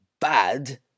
bad